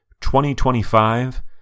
2025